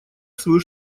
свою